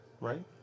Right